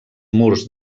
murs